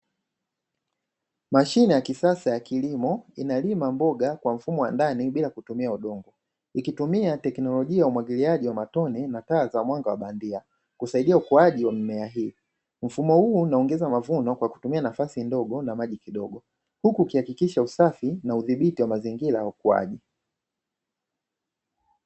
Mashine ya kisasa ya kilimo inalima mboga kwa mfumo wa ndani bila kutumia udongo ikitumia teknolojia ya umwagiliaji wa matone na taa za mwanga wa bandia kusaidia ukuaji wa mimea hii. Mfumo huu unaongeza mavuno kwa kutumia nafasi ndogo na maji kidogo huku ukihakikisha usafi na udhibiti wa mazingira ya ukuaji.